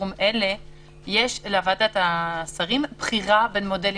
חירום אלה יש לוועדת השרים בחירה בין מודלים,